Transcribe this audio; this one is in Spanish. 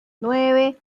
nueve